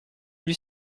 huit